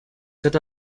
set